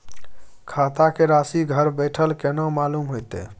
खाता के राशि घर बेठल केना मालूम होते?